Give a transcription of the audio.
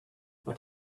but